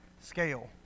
scale